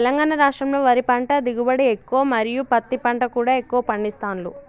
తెలంగాణ రాష్టంలో వరి పంట దిగుబడి ఎక్కువ మరియు పత్తి పంట కూడా ఎక్కువ పండిస్తాండ్లు